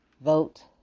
vote